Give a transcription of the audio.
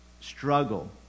struggle